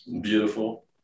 Beautiful